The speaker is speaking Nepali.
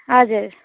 हजुर